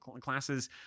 classes